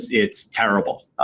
it's terrible.